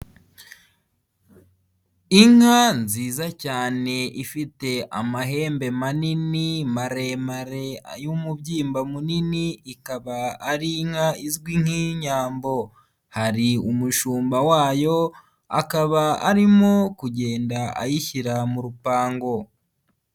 Inka nziza cyane ifite amahembe manini, maremare y'umubyimba munini ikaba ari inka izwi nk'inyambo, hari umushumba wayo akaba arimo kugenda ayishyira mu rupango.